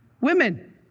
Women